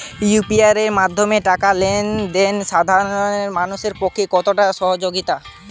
UPI এর মাধ্যমে টাকা লেন দেন সাধারনদের পক্ষে কতটা সহজসাধ্য?